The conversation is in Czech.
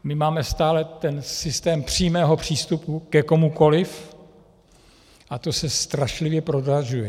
My máme stále ten systém přímého přístupu ke komukoliv a to se strašlivě prodražuje.